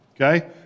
okay